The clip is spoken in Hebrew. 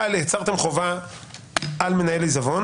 אבל יצרתם בחוק חובה על מנהל העיזבון,